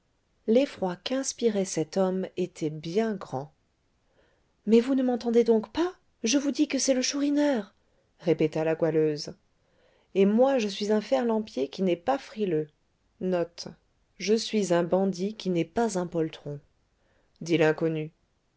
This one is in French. l'effroi qu'inspirait cet homme était bien grand mais vous ne m'entendez donc pas je vous dis que c'est le chourineur répéta la goualeuse et moi je suis un ferlampier qui n'est pas frileux dit l'inconnu